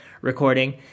recording